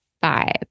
five